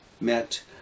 met